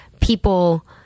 people